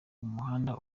umuhanda